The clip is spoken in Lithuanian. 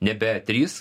nebe trys